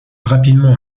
rapidement